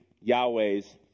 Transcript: Yahweh's